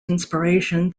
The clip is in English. inspiration